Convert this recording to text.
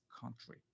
country